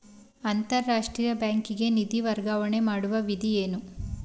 ಅಂತಾರಾಷ್ಟ್ರೀಯ ಬ್ಯಾಂಕಿಗೆ ನಿಧಿ ವರ್ಗಾವಣೆ ಮಾಡುವ ವಿಧಿ ಏನು?